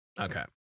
Okay